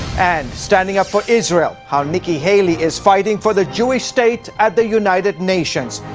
and. standing up for israel, how nikki haley is fighting for the jewish states at the united nations,